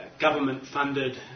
government-funded